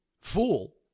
fool